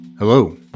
Hello